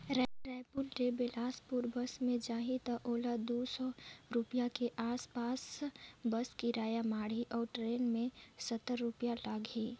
रायपुर ले बेलासपुर बस मे जाही त ओला दू सौ रूपिया के आस पास बस किराया माढ़ही अऊ टरेन मे सत्तर रूपिया लागही